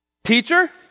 Teacher